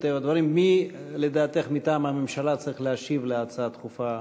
מטבע הדברים: מי לדעתך מטעם הממשלה צריך להשיב על הצעה דחופה